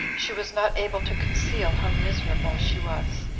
she was not able to conceal how miserable she was,